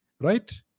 right